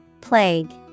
Plague